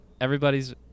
everybody's